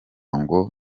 ngo